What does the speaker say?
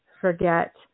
forget